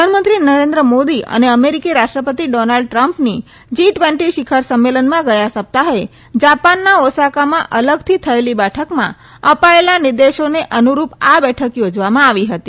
પ્રધાનમંત્રી નરેન્દ્ર મોદી અને અમેરીકી રાષ્ટ્રપતિ ડોનાલ્ડ ટ્રમ્પની જી ટવેન્ટી શિખર સંમેલનમાં ગયા સપ્તાહે જાપાનના ઓસાકામાં અલગથી થયેલી બેઠકમાં અપાયેલા નિર્દેશોને અનુરૂપ આ બેઠક યોજવામાં આવી હતી